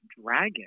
dragon